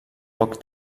poc